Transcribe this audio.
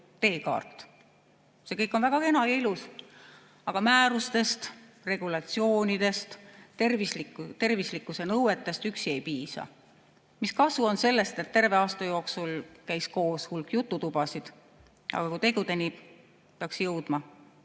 teekaart. See kõik on väga kena ja ilus, aga määrustest, regulatsioonidest, tervislikkuse nõuetest üksi ei piisa. Mis kasu on sellest, et terve aasta jooksul käis koos hulk jututubasid? Kui tegudeni peaks jõutama,